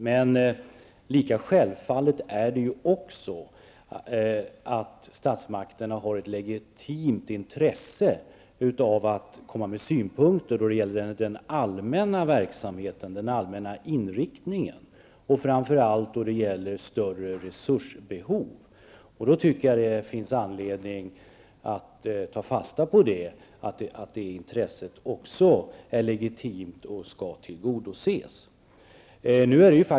Men lika självklart är det att statsmakterna har ett legitimt intresse av att komma med synpunkter på den allmänna verksamheten. Det gäller framför allt större behov av resurser. Jag tycker att det finns anledning att ta fasta på att det intresset är legitimt och skall tillgodoses.